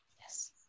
Yes